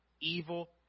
evil